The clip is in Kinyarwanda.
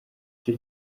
icyo